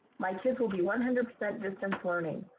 my kids will be one hundred percent distance learning.